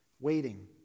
Waiting